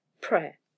Prayer